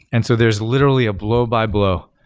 and so there is literally a blow-by blow.